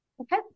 Okay